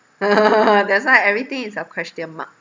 that's why everything is a question mark